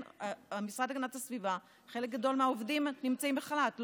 במשרד להגנת הסביבה חלק גדול מהעובדים נמצאים בחל"ת,